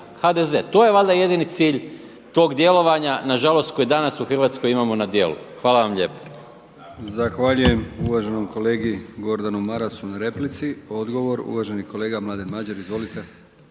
HDZ. To je valjda jedini cilj tog djelovanja na žalost koji danas u Hrvatskoj imamo na djelu. Hvala vam lijepa.